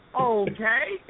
Okay